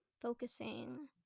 focusing